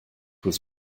was